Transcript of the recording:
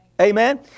Amen